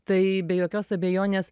tai be jokios abejonės